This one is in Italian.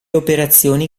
operazioni